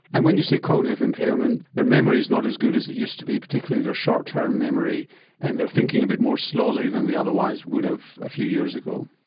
and when you say cognitive impairment, their memory is not as good as it used to be, particularly their short term memory and they're thinking a bit more slowly than they otherwise would have a few years ago.